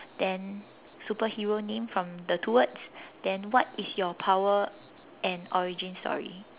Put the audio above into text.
then superhero name from the two words then what is your power and origin story